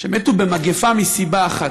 שמתו במגפה מסיבה אחת,